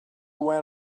went